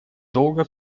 долга